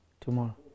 tomorrow